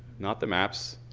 not the maps,